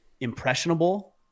impressionable